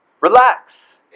Relax